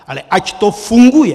Ale ať to funguje.